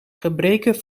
gebreken